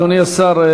אדוני השר,